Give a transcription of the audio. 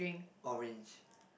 orange